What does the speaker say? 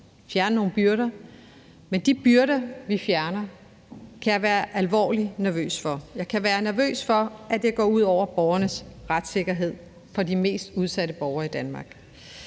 fjerne nogle byrder, men de byrder, vi fjerner, kan jeg være alvorlig nervøs for. Jeg kan være nervøs for, at det går ud over retssikkerheden for de mest udsatte borgere i Danmark.